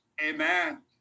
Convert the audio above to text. Amen